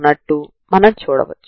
అంటే u2xξu2xu2xu2u20 ని పొందుతాము